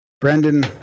Brendan